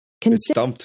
Consider